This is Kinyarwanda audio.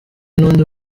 n’undi